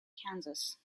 kansas